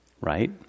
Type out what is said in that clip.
right